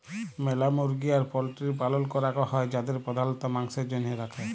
ম্যালা মুরগি আর পল্ট্রির পালল ক্যরাক হ্যয় যাদের প্রধালত মাংসের জনহে রাখে